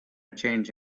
change